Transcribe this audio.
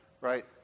right